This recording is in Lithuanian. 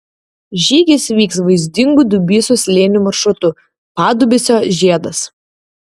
žygis vyks vaizdingu dubysos slėniu maršrutu padubysio žiedas